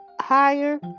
higher